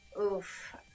Oof